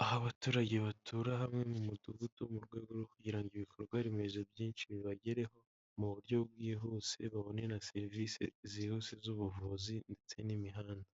aho abaturage batura hamwe mu mudugudu mu rwego rwo kugira ngo ibikorwaremezo byinshi bibagereho mu buryo bwihuse, babone na serivisi zihuse z'ubuvuzi ndetse n'imihanda.